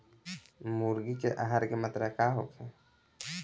मुर्गी के आहार के मात्रा का होखे?